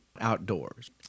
outdoors